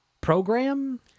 program